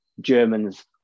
Germans